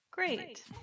Great